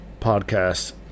podcast